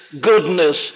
goodness